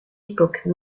époque